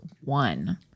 one